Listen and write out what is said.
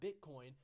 bitcoin